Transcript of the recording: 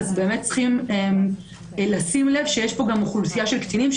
צריך לשים לב שיש פה גם אוכלוסייה של קטינים,